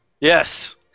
Yes